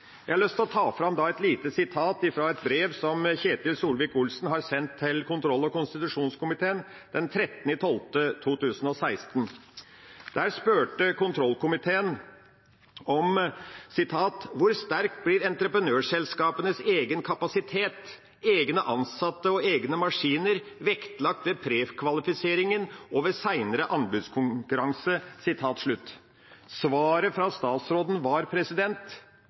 Jeg har lyst til å ta fram et lite sitat fra et brev som Ketil Solvik-Olsen sendte til kontroll- og konstitusjonskomiteen den 13. desember 2016. Der spurte kontrollkomiteen: «Hvor sterkt blir entreprenørselskapers egen kapasitet vektlagt ved prekvalifisering og ved senere anbudskonkurranse?» Svaret fra statsråden var: